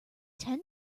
ten